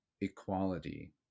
equality